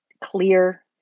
clear